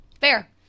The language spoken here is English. Fair